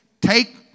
Take